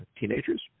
teenagers